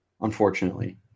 unfortunately